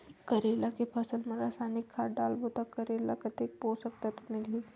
करेला के फसल मा रसायनिक खाद डालबो ता करेला कतेक पोषक तत्व मिलही?